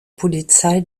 polizei